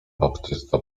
baptysta